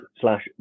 slash